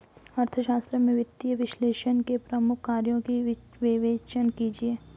अर्थशास्त्र में वित्तीय विश्लेषक के प्रमुख कार्यों की विवेचना कीजिए